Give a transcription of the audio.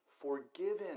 forgiven